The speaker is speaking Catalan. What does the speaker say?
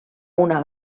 una